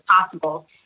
possible